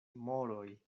moroj